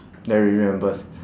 that we reimburse